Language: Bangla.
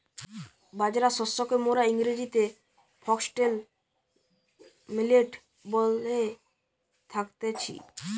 বাজরা শস্যকে মোরা ইংরেজিতে ফক্সটেল মিলেট বলে থাকতেছি